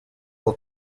will